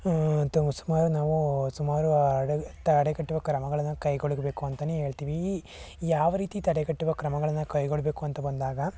ತು ಸುಮಾರು ನಾವು ಸುಮಾರು ತಡೆಗಟ್ಟುವ ಕ್ರಮಗಳನ್ನು ಕೈಗೊಳ್ಳಬೇಕು ಅಂತ ಹೇಳ್ತೀವಿ ಈ ಯಾವ ರೀತಿ ತಡೆಗಟ್ಟುವ ಕ್ರಮಗಳನ್ನು ಕೈಗೊಳ್ಳಬೇಕು ಅಂತ ಬಂದಾಗ